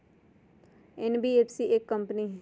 NBFC एक company हई?